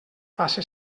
fase